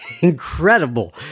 incredible